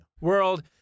world